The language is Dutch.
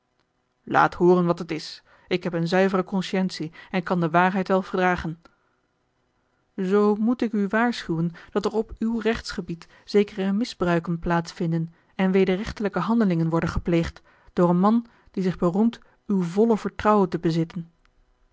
laat hooren wat het is ik heb eene zuivere consciëntie en kan de waarheid wel dragen zoo moet ik u waarschuwen dat er op uw rechtsgebied zekere misbruiken plaats vinden en wederrechtelijke handelingen worden gepleegd door een man die zich beroemt uw volle vertrouwen te bezitten